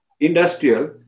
industrial